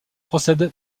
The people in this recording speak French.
procède